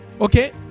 Okay